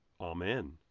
Amen